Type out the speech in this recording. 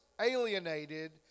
alienated